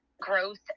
growth